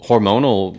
Hormonal